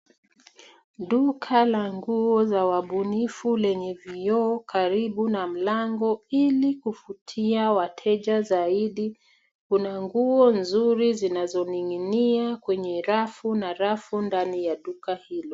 Duka la nguo za wabunifu lenye vioo karibu na mlango ili kuvutia wateja zaidi. Kuna nguo nzuri zinazoning'inia kwenye rafu na rafu ndani ya duka hilo.